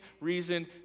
reason